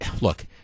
Look